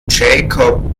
jacob